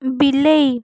ବିଲେଇ